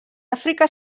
àfrica